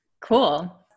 Cool